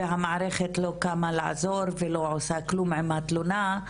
והמערכת לא קמה לעזור ולא עושה כלום עם התלונה.